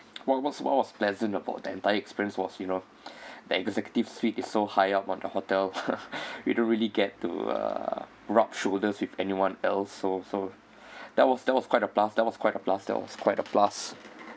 what what's what was pleasant about the entire experience was you know the executive suite is so high up on the hotel you don't really get to uh rub shoulders with anyone else so so that was that was quite a plus that was quite a plus there was quite a plus